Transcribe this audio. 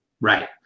Right